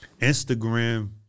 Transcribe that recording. Instagram